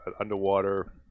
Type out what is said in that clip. underwater